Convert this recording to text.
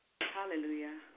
Hallelujah